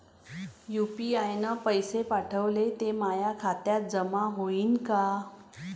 UPI न पैसे पाठवले, ते माया खात्यात जमा होईन का?